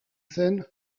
zen